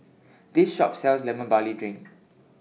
This Shop sells Lemon Barley Drink